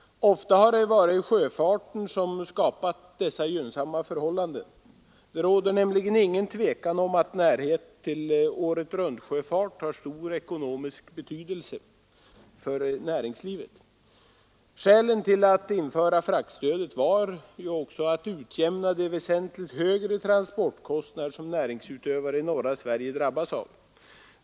Ofta har sjöfarten skapat dessa gynnsamma förhållanden. Det råder nämligen ingen tvekan om att närhet till åretruntsjöfart har stor ekonomisk betydelse för näringslivet. Skälet till införandet av fraktstöd var att man vill utjämna de väsentligt högre transportkostnader som näringsutövare i norra Sverige drabbas av.